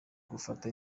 gufata